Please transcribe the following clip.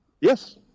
Yes